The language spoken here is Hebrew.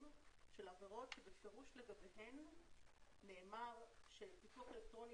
של עבירות שבפירוש לגביהן נאמר שאיזוק אלקטרוני